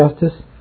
justice